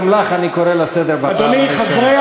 גם אותך אני קורא לסדר בפעם הראשונה.